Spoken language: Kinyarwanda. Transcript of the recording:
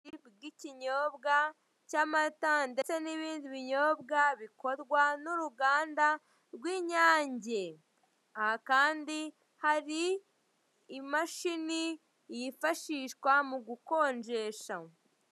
Ubucuruzi bw'ikinyobwa, cy'amata ndetse n'ibindi binyobwa bikorwa n'uruganda rw'inyange. Aha kandi hari imashini yifashishwa mu gukonjesha.